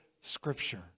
Scripture